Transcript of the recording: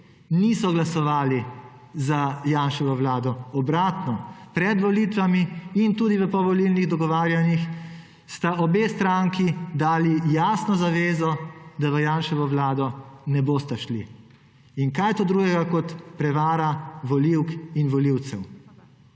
niso glasovali za Janševo Vlado. Obratno. Pred volitvami in tudi v povolilnih dogovarjanjih sta obe stranki dali jasno zavezo, da v Janševo Vlado ne bosta šli. In kaj je to drugega kot prevala volivk in volivcev.